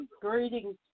Greetings